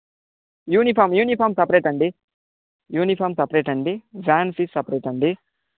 uniform uniform separate అండి uniform separate అండి join fees separate అండి